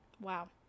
wow